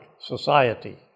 society